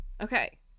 Okay